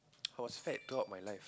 I was fat throughout my life